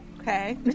Okay